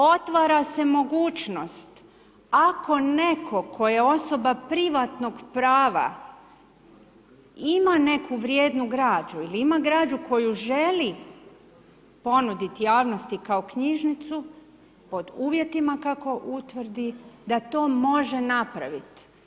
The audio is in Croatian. Otvara se mogućnost ako netko tko je osoba privatnog prava ima neku vrijednu građu ili ima građu koju želi ponuditi javnosti kao knjižnicu pod uvjetima kako utvrdi da to može napraviti.